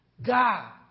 God